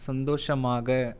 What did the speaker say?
சந்தோஷமாக